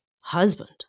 husband